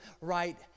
right